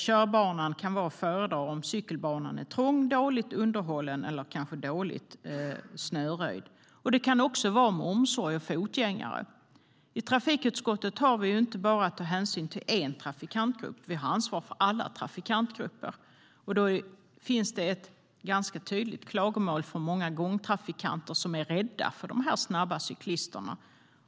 Körbanan kan vara att föredra om cykelbanan är trång, dåligt underhållen eller kanske dåligt snöröjd. Det kan också vara av omsorg om fotgängare. I trafikutskottet har vi inte bara att ta hänsyn till en trafikantgrupp. Vi har ansvar för alla trafikantgrupper. Det finns ett ganska tydligt klagomål från många gångtrafikanter som är rädda för de snabba cyklisterna.